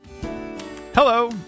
Hello